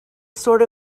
sort